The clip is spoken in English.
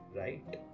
right